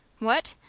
what!